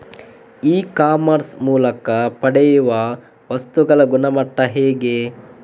E commerce ಮೂಲಕ ಪಡೆಯುವ ವಸ್ತುಗಳ ಗುಣಮಟ್ಟ ಹೇಗೆ?